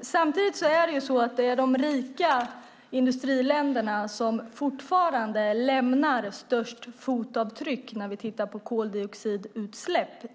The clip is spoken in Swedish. Samtidigt är det så att det är de rika industriländerna som fortfarande lämnar störst fotavtryck när vi tittar på koldioxidutsläpp.